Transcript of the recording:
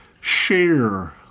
share